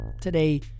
Today